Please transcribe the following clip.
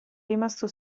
rimasto